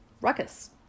ruckus